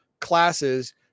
classes